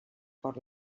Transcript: por